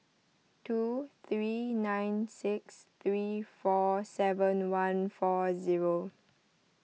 two three nine six three four seven one four zero